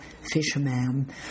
fisherman